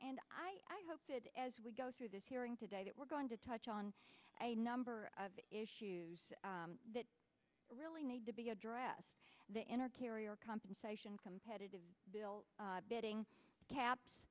and i hope as we go through this hearing today that we're going to touch on a number of issues that really need to be addressed the inner carrier compensation competitive bidding caps